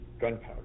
gunpowder